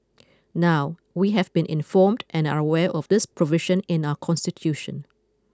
now we have been informed and are aware of this provision in our constitution